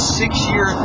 six-year